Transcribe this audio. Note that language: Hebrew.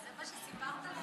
זה מה שסיפרת לעצמך.